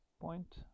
Point